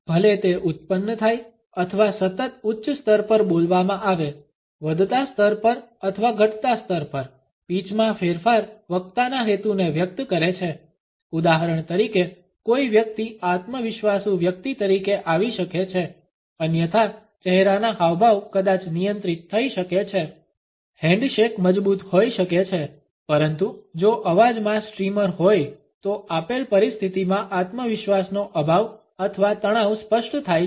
ભલે તે ઉત્પન્ન થાય અથવા સતત ઉચ્ચ સ્તર પર બોલવામાં આવે વધતા સ્તર પર અથવા ઘટતા સ્તર પર પીચમાં ફેરફાર વક્તાના હેતુને વ્યક્ત કરે છે ઉદાહરણ તરીકે કોઈ વ્યક્તિ આત્મવિશ્વાસુ વ્યક્તિ તરીકે આવી શકે છે અન્યથા ચહેરાના હાવભાવ કદાચ નિયંત્રિત થઈ શકે છે હેન્ડશેક મજબૂત હોઈ શકે છે પરંતુ જો અવાજમાં સ્ટ્રીમર હોય તો આપેલ પરિસ્થિતિમાં આત્મવિશ્વાસનો અભાવ અથવા તણાવ સ્પષ્ટ થાય છે